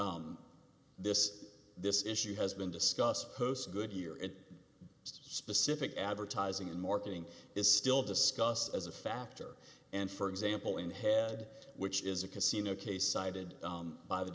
this this issue has been discussed post good year in specific advertising and marketing is still discussed as a factor and for example in head which is a casino case cited by the